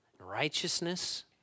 righteousness